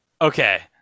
Okay